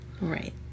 Right